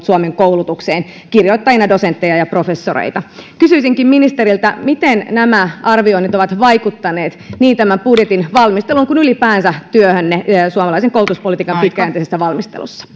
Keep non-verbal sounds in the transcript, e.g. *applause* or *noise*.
*unintelligible* suomen koulutukseen kirjoittajina dosentteja ja professoreita kysyisinkin ministeriltä miten nämä arvioinnit ovat vaikuttaneet niin tämän budjetin valmisteluun kuin ylipäänsä työhönne suomalaisen koulutuspolitiikan pitkäjänteisessä valmistelussa